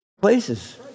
places